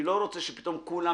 אני לא רוצה שפתאום כולם